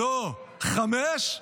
לא, חמש?